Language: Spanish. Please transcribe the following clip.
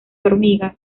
hormigas